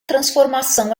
transformação